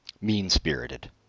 mean-spirited